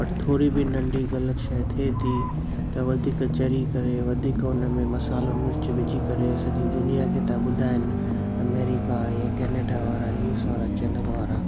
पर थोरी बि नंढी ग़लति शइ थिए थी त वधीक चढ़ी करे वधीक उन में मसालो मिर्च विझी करे सॼी दुनिया खे था ॿुधाइनि अमेरिका ईअं केनेडा वारा न्यूस वारा चैनल वारा